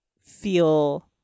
feel